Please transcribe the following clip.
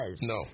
No